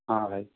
ହଁ ଭାଇ